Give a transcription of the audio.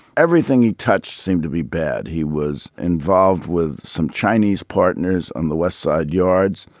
everything he touched seemed to be bad. he was involved with some chinese partners on the west side yards.